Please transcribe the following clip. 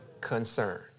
Concern